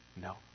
No